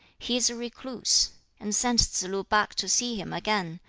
he is a recluse and sent tsze-lu back to see him again,